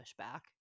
pushback